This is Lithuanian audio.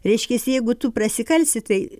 reiškiasi jeigu tu prasikalsi tai